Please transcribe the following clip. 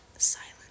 silent